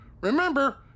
Remember